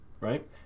right